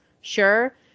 Sure